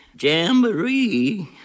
Jamboree